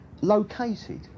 located